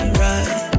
right